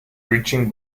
reaching